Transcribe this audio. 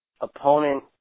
opponent